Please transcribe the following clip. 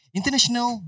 International